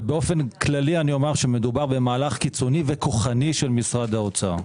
ובאופן כללי אני אומר שמדובר במהלך קיצוני וכוחני של משרד האוצר.